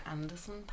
Anderson